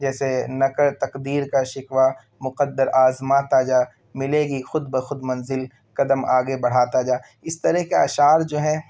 جیسے نہ کر تقدیر کا شکوہ مقدر آزماتا جا ملے گی خود بخود منزل قدم آگے بڑھاتا جا اس طرح کے اشعار جو ہے